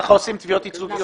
כך עושים תביעות ייצוגיות.